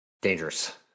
dangerous